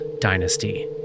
dynasty